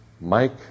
Mike